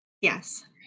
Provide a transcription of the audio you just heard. Yes